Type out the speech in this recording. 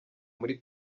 muri